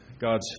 God's